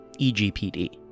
EGPD